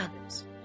others